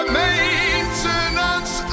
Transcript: maintenance